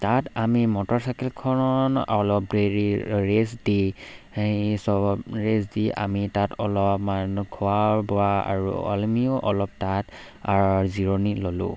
তাত আমি মটৰচাইকেলখন অলপ দেৰি ৰেষ্ট দি সেই চব ৰেষ্ট দি আমি তাত অলপমান খোৱা বোৱা আৰু আমিও অলপ তাত জিৰণি ল'লোঁ